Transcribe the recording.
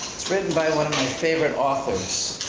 it's written by one of my favorite authors,